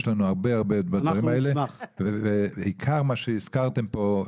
לנו הרבה מה לתת בדברים האלה ובעיקר מה שהזכרתם פה,